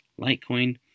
Litecoin